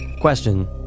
Question